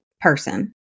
person